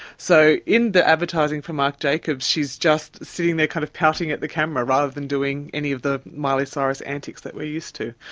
so in the advertising for marc jacobs she's just sitting there kind of pouting at the camera, rather than doing any of the miley cyrus antics that we're used to.